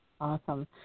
Awesome